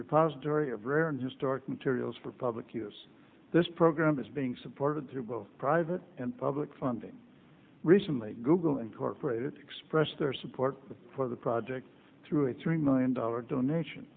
repository of rare and historic materials for public use this program is being supported through both private and public funding recently google incorporated expressed their support for the project through a three million dollar donation